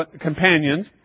companions